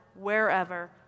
wherever